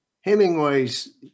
Hemingway's